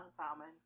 uncommon